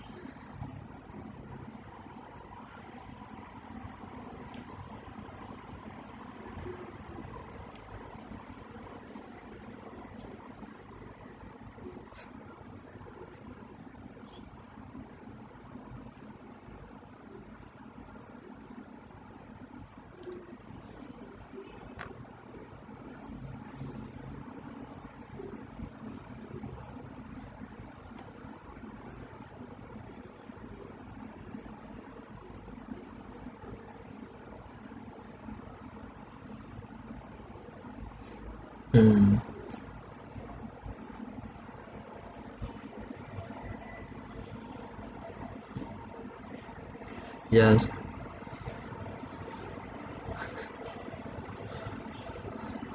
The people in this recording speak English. mm yeah